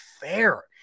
fair